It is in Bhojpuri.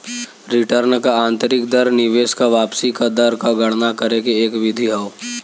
रिटर्न क आंतरिक दर निवेश क वापसी क दर क गणना करे के एक विधि हौ